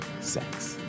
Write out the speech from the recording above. sex